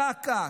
זק"א,